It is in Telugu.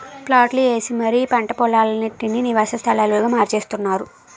ప్లాట్లు ఏసి మరీ పంట పోలాలన్నిటీనీ నివాస స్థలాలుగా మార్చేత్తున్నారు